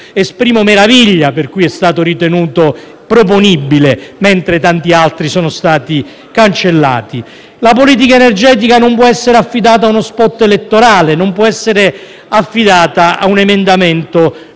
esprimo meraviglia, perché è stato ritenuto proponibile, mentre tanti altri sono stati cancellati. La politica energetica non può essere affidata a uno *spot* elettorale né a un emendamento *bluff*